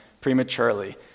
prematurely